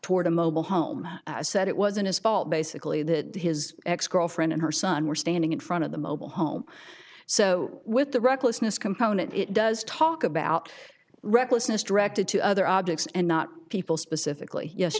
toward a mobile home said it wasn't his fault basically that his ex girlfriend and her son were standing in front of the mobile home so with the recklessness component it does talk about recklessness directed to other objects and not people specifically yes